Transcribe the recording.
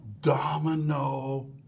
domino